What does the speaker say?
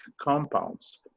compounds